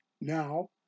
now